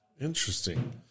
Interesting